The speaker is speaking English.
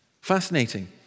fascinating